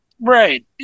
Right